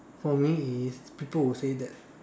for me is people will say that